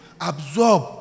absorb